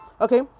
Okay